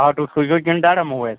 auto سوٗزوٕ کِنہٕ Tata mobile